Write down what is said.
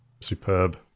Superb